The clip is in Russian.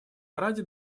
ради